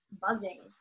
buzzing